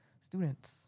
students